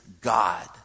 God